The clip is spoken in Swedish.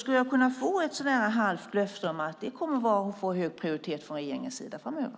Skulle jag kunna få ett halvt löfte om att det kommer att få hög prioritet från regeringens sida framöver?